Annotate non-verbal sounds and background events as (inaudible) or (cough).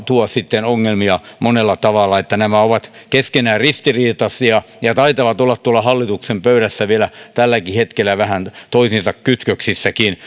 tuo sitten ongelmia monella tavalla nämä ovat keskenään ristiriitaisia ja taitavat olla tuolla hallituksen pöydässä vielä tälläkin hetkellä vähän toisiinsa kytköksissäkin (unintelligible)